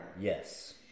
Yes